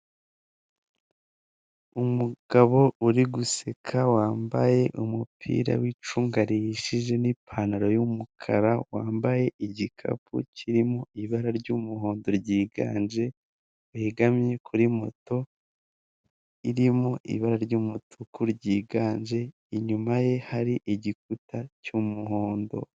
Umugabo uri guseka wambaye umupira wicunga riyishije n'ipantaro y'umukara wambaye igikapu kirimo ibara ry'umuhondo ryiganje wegamye kuri moto irimo ibara ry'umutuku ryiganje inyuma ye hari igikuta cy'umuhondo.